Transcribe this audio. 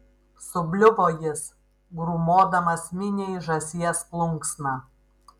subliuvo jis grūmodamas miniai žąsies plunksna